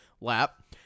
lap